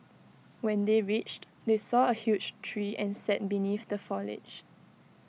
when they reached they saw A huge tree and sat beneath the foliage